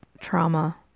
trauma